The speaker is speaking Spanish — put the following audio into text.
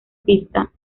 pista